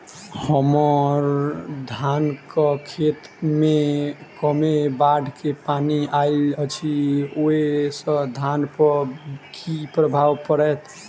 हम्मर धानक खेत मे कमे बाढ़ केँ पानि आइल अछि, ओय सँ धान पर की प्रभाव पड़तै?